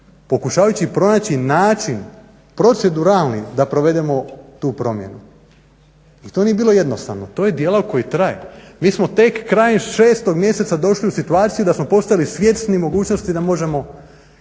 pokušavajući pronaći način proceduralni da provedemo tu promjenu i to nije bilo jednostavno, to je dijalog koji traje. Mi smo tek krajem 6.mjeseca došli u situaciju da smo postali svjesni mogućnosti da možemo